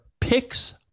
picks